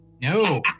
No